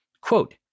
Quote